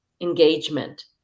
engagement